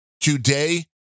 today